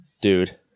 dude